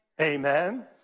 amen